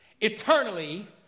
Eternally